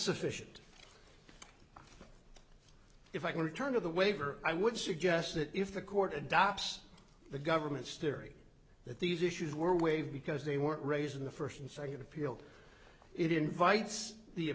sufficient if i can return to the waiver i would suggest that if the court adopts the government's theory that these issues were waived because they were raised in the first and second appeal it invites the